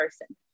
person